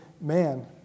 man